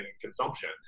consumption